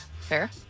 fair